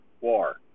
war